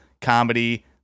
comedy